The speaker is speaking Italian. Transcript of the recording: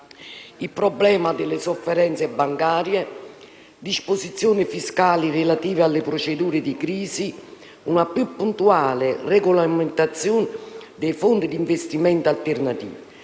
il problema delle sofferenze bancarie, disposizioni fiscali relative alle procedure di crisi, una più puntuale regolamentazione dei fondi di investimento alternativi,